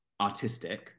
artistic